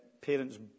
parents